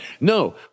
No